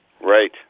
right